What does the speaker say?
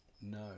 No